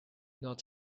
not